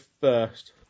First